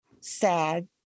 sad